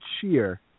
cheer